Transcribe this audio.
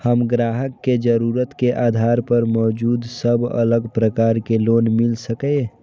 हम ग्राहक के जरुरत के आधार पर मौजूद सब अलग प्रकार के लोन मिल सकये?